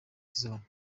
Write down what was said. zone